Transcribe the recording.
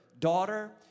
Daughter